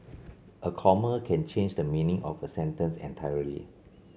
a comma can change the meaning of a sentence entirely